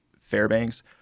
Fairbanks